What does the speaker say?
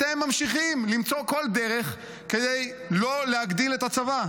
אתם ממשיכים למצוא כל דרך כדי לא להגדיל את הצבא.